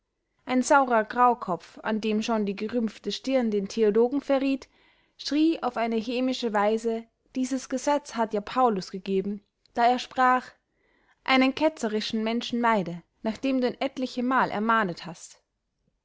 ein saurer graukopf an dem schon die gerümpfte stirn den theologen verrieth schrie auf eine hämische weise dieses gesetz hat ja paulus gegeben da er sprach einen ketzerischen menschen meide nachdem du ihn etlichemal ermahnet hast